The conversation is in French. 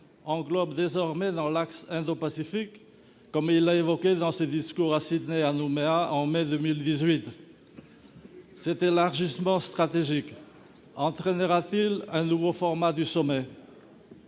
englobe désormais dans l'axe indopacifique, comme il l'a évoqué dans ses discours à Sydney et à Nouméa en mai 2018. Cet élargissement stratégique entraînera-t-il un nouveau format du sommet ?